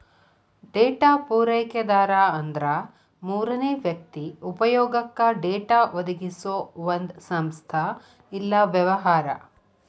data ಪೂರೈಕೆದಾರ ಅಂದ್ರ ಮೂರನೇ ವ್ಯಕ್ತಿ ಉಪಯೊಗಕ್ಕ ಡೇಟಾ ಒದಗಿಸೊ ಒಂದ್ ಸಂಸ್ಥಾ ಇಲ್ಲಾ ವ್ಯವಹಾರ